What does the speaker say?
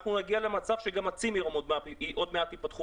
אנחנו גם נגיע למצב שהצימרים עוד מעט ייפתחו